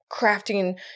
crafting